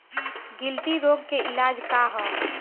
गिल्टी रोग के इलाज का ह?